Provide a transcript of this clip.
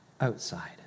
outside